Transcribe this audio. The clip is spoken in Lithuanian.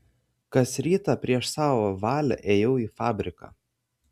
kas rytą prieš savo valią ėjau į fabriką